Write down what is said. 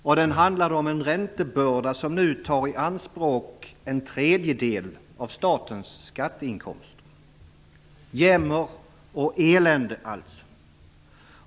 Och den handlade om en räntebörda som nu tar i anspråk en tredjedel av statens skatteinkomster. Jämmer och elände alltså.